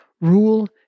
rule